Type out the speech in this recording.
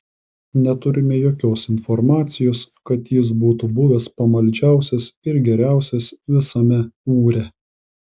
neturime jokios informacijos kad jis būtų buvęs pamaldžiausias ir geriausias visame ūre